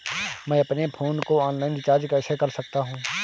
मैं अपने फोन को ऑनलाइन रीचार्ज कैसे कर सकता हूं?